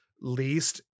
least